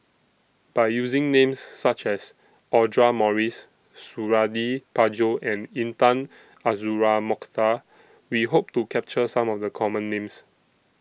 By using Names such as Audra Morrice Suradi Parjo and Intan Azura Mokhtar We Hope to capture Some of The Common Names